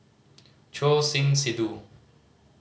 Choor Singh Sidhu